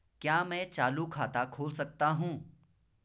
क्या मैं चालू खाता खोल सकता हूँ?